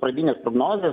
pradinės prognozės